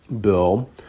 bill